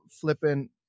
flipping